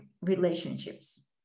relationships